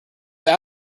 this